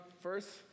First